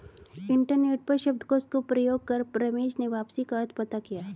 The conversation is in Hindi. इंटरनेट पर शब्दकोश का प्रयोग कर रमेश ने वापसी का अर्थ पता किया